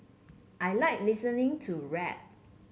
I like listening to rap